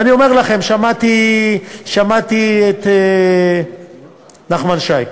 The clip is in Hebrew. ואני אומר לכם, שמעתי את נחמן שי.